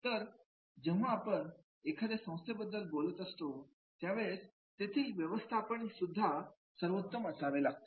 तर जेव्हा आपण एखाद्या सर्वोत्तम संस्थे बद्दल बोलतो त्यावेळेस तेथील व्यवस्थापनही सर्वोत्तम असावे लागते